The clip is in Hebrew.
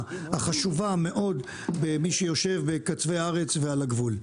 החשובה מאוד במי שיושב בקצווי הארץ ועל הגבול.